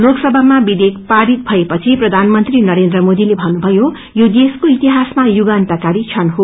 लोकसभामा विषेयक पारित पछि प्रधानमंत्री नरेन्द्र मोदीले भन्नुभयो यो देशको इतिहासामा युगान्तकारी क्षण हो